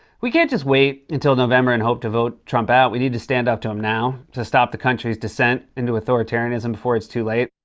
we can't just wait until november and hope to vote trump out. we need to stand up to him now to stop the country's descent into authoritarianism before it's too late.